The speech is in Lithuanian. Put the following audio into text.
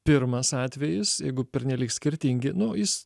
pirmas atvejis jeigu pernelyg skirtingi nu jis